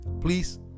please